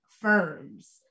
firms